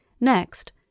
Next